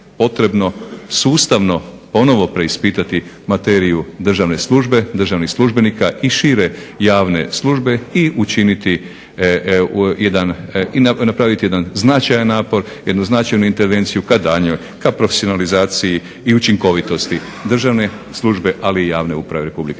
potrebno sustavno ponovno preispitati materiju državne službe, službenika i šire javne službe i učiniti jedan, napraviti jedan značajan napor, značajnu intervenciju ka daljnjoj profesionalizaciji i učinkovitosti državne službe ali i javne uprave Republike